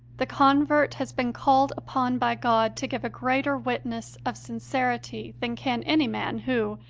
the convert has been called upon by god to give a greater witness of sincerity than can any man, who,